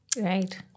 Right